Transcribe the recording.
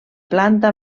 planta